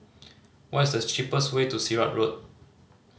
what is the cheapest way to Sirat Road